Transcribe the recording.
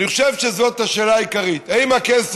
אני חושב שזאת השאלה העיקרית: האם הכסף